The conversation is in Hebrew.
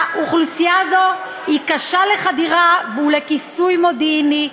והאוכלוסייה הזאת היא קשה לחדירה ולכיסוי מודיעיני.